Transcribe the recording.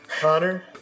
Connor